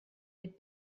had